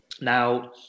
now